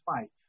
fight